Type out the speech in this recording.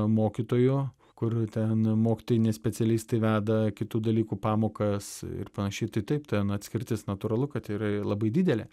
mokytojų kur ten mokytojai ne specialistai veda kitų dalykų pamokas ir panašiai tai taip ten atskirtis natūralu kad tai yra ir labai didelė